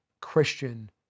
Christian